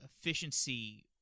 efficiency